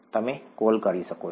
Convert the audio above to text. તમે કૉલ કરી શકો છો